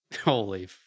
Holy